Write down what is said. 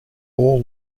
all